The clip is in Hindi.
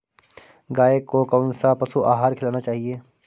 गाय को कौन सा पशु आहार खिलाना चाहिए?